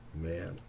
Man